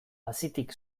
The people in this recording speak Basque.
hazitik